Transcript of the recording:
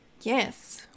Yes